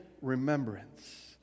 remembrance